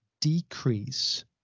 decrease